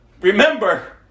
remember